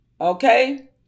Okay